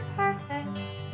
perfect